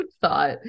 thought